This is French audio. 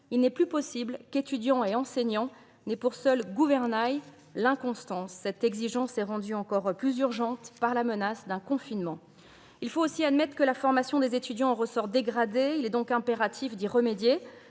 Il n'est plus possible qu'étudiants et enseignants aient pour seul gouvernail l'inconstance. Cette exigence est rendue encore plus urgente par la menace d'un nouveau confinement. Il faut aussi admettre que la formation des étudiants en ressort dégradée. Il est donc impératif d'y remédier.